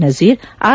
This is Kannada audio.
ನಜೀರ್ ಆರ್